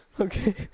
Okay